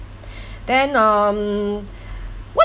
then um what